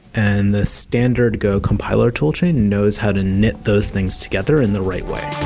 and the standard go compiler tool chain knows how to knit those things together in the right way.